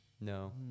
No